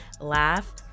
laugh